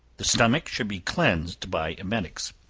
the stomach should be cleansed by emetics.